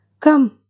Come